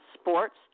sports